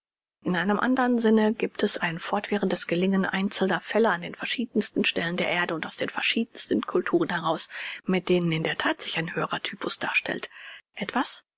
in einem andern sinne giebt es ein fortwährendes gelingen einzelner fälle an den verschiedensten stellen der erde und aus den verschiedensten culturen heraus mit denen in der that sich ein höherer typus darstellt ewas